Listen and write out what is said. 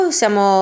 siamo